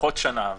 לפחות שנה,